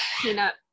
peanut